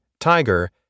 tiger